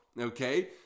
okay